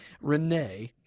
Renee